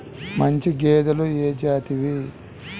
మంచి గేదెలు ఏ జాతివి?